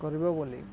କରିବ ବୋଲି